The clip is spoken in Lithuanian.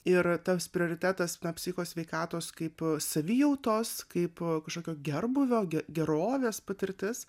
ir tas prioritetas na psicho sveikatos kaip savijautos kaip kažkokio gerbūvio gerovės patirtis